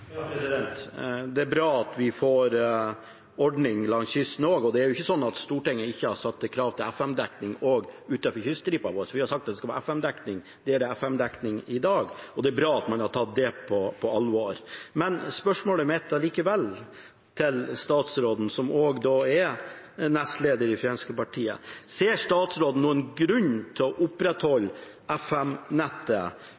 Det er bra at vi får en ordning langs kysten også. Det er jo ikke sånn at Stortinget ikke har satt krav til FM-dekning også utenfor kyststripa vår. Vi har sagt at det skal være dekning der det er FM-dekning i dag. Det er bra at man har tatt det på alvor. Men spørsmålet mitt til statsråden, som også er nestleder i Fremskrittspartiet, er allikevel: Ser statsråden noen grunn til å